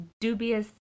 dubious